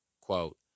Quote